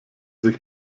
sich